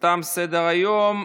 תם סדר-היום.